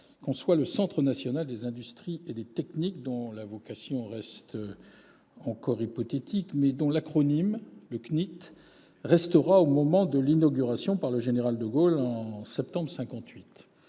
conçoit le Centre national des industries et des techniques, dont la vocation reste encore hypothétique, mais dont l'acronyme, CNIT, restera lors de l'inauguration par le général de Gaulle, au mois de septembre 1958.